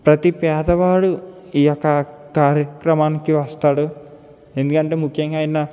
ప్రతీ పేదవాడు ఈయొక్క కార్యక్రమానికి వస్తాడు ఎందుకంటే ముఖ్యంగా ఆయన